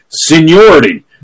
Seniority